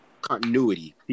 continuity